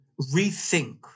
rethink